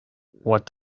what